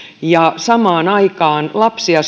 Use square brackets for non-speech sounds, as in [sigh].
ja samaan aikaan saamme lapsia [unintelligible]